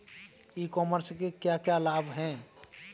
ई commerce के क्या क्या लाभ हैं?